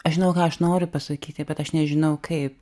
aš žinau ką aš noriu pasakyti bet aš nežinau kaip